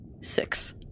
six